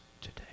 today